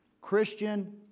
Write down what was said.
Christian